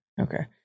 okay